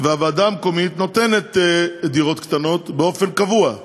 והוועדה המקומית נותנים דירות קטנות באופן קבוע,